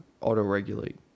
auto-regulate